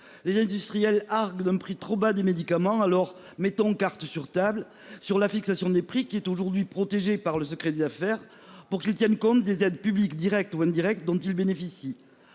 Les industriels argue d'un prix trop bas des médicaments alors mettons cartes sur table sur la fixation des prix qui est aujourd'hui protégé par le secret des affaires pour qu'ils tiennent compte des aides publiques directes ou indirectes dont ils bénéficient.